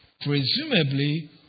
presumably